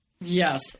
Yes